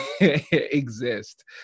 exist